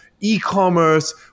e-commerce